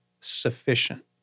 sufficient